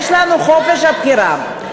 יש לנו חופש הבחירה.